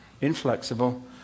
inflexible